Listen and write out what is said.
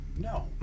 No